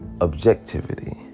objectivity